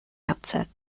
outset